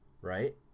right